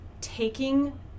taking